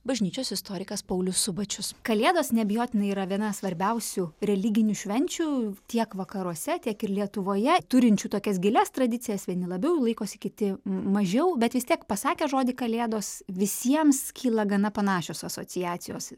bažnyčios istorikas paulius subačius kalėdos neabejotinai yra viena svarbiausių religinių švenčių tiek vakaruose tiek ir lietuvoje turinčių tokias gilias tradicijas vieni labiau laikosi kiti mažiau bet vis tiek pasakę žodį kalėdos visiems kyla gana panašios asociacijos